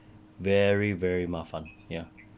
very very 麻烦 ya